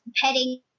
petting